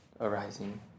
arising